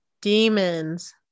demons